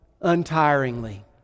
untiringly